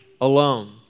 alone